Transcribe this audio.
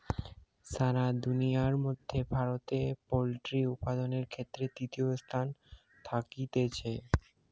সারা দুনিয়ার মধ্যে ভারতে পোল্ট্রি উপাদানের ক্ষেত্রে তৃতীয় স্থানে থাকতিছে